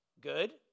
good